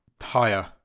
Higher